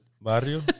barrio